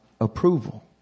approval